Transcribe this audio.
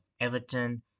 Everton